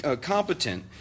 competent